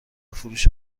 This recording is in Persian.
فروش